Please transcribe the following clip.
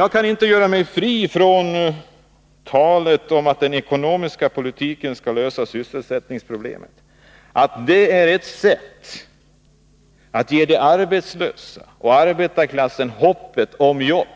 Jag kan inte göra mig fri från tanken att talet om att den ekonomiska politiken skall lösa sysselsättningsproblemen är ett sätt att ge de arbetslösa och arbetarklassen hoppet om jobb